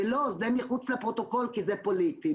לא, זה מחוץ לפרוטוקול כי זה פוליטי.